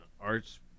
arts